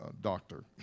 doctor